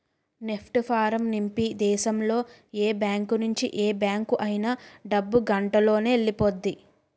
NEFT form నింపి దేశంలో ఏ బ్యాంకు నుంచి ఏ బ్యాంక్ అయినా డబ్బు గంటలోనెల్లిపొద్ది